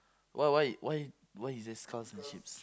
why why why why is there cows and sheeps